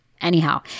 Anyhow